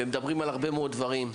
ומדברים על הרבה מאוד דברים.